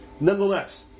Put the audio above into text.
Nonetheless